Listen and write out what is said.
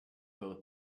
both